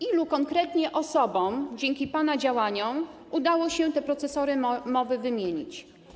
Ilu konkretnie osobom dzięki pana działaniom udało się te procesory mowy wymienić?